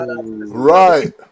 Right